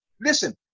Listen